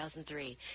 2003